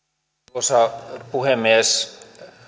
arvoisa puhemies